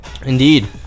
indeed